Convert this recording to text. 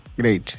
great